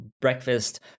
breakfast